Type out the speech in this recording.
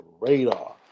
radar